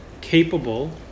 capable